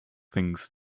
things